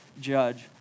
judge